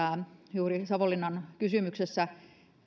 juuri savonlinnan kysymyksessä